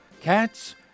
cats